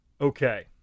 Okay